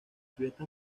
fiestas